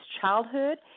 childhood